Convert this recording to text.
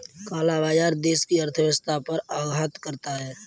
काला बाजार देश की अर्थव्यवस्था पर आघात करता है